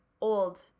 old